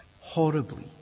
horribly